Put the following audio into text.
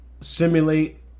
simulate